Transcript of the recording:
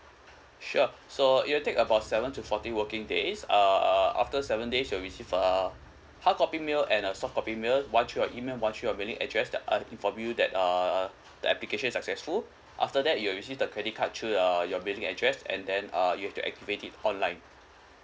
sure so it will take about seven to fourteen working days uh after seven days you will receive a hardcopy mail and a softcopy mail one through your email one through your mailing address that uh inform you that uh the application is successful after that you'll receive the credit card through your your billing address and then uh you have to activate it online